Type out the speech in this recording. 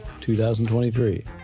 2023